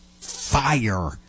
fire